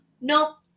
nope